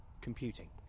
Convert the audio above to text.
computing